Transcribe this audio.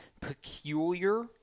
peculiar